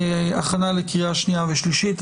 הכנה לקריאה שנייה ושלישית,